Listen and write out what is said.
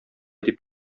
дип